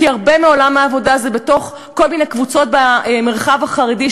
כי הרבה מעולם העבודה הוא בתוך כל מיני קבוצות במרחב החרדי,